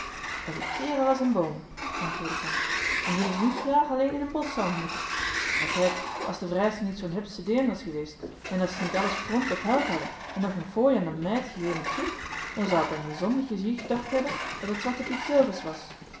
een kerel as een boom antwoordde zij en dien ik niet graag alleen in een bosch zou ontmoeten ja kijk as de vrijster niet zoo'n hupsche deern was eweest en as ze niet alles pront betaald hadden en nog een fooi an de meid egeven toe dan zou ik bij mijn zondige ziel edacht hebben dat het zwarte piet zelvers was